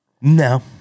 No